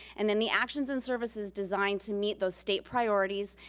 and then the actions and services designed to meet those state priorities,